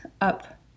up